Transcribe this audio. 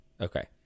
Okay